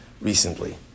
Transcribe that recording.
recently